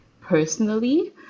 personally